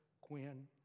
Quinn